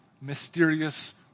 mysterious